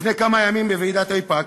לפני כמה ימים, בוועידת איפא"ק,